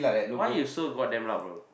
why you so god damn loud bro